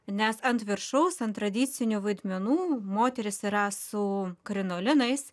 nes ant viršaus ant tradicinių vaidmenų moterys yra su krinolinais